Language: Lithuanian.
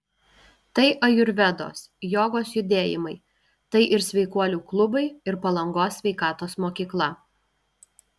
tai ajurvedos jogos judėjimai tai ir sveikuolių klubai ir palangos sveikatos mokykla